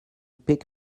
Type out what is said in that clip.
pick